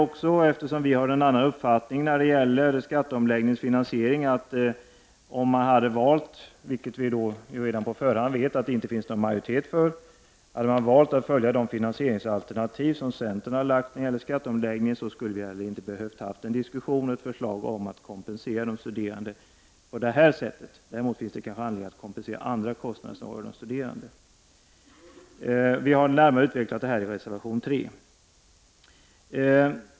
Centern har en annan uppfattning när det gäller skatteomläggningens finansiering, Om man hade följt vårt finansieringsalternativ hade vi inte behövt ha denna diskussion om att kompensera de studerande på detta sätt, kanske däremot i andra former. Vi vet dock att det inte finns någon majoritet för vårt förslag. Vi har närmare utvecklat detta i reservation 3.